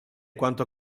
quanto